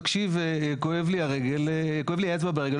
תקשיב כואבת לי האצבע ברגל,